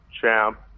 champ